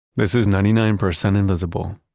this is ninety nine percent invisible.